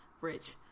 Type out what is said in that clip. Rich